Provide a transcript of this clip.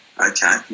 okay